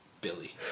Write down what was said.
Billy